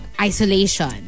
isolation